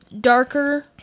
darker